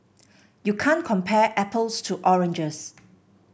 you can't compare apples to oranges